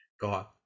god